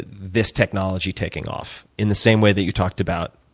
this technology taking off? in the same way that you talked about